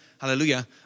Hallelujah